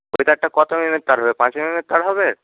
ওটা তারটা কত এম এমের তার হবে পাঁচ এম এমের তার হবে